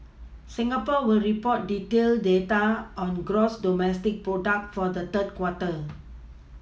Singapore will report detailed data on gross domestic product for the third quarter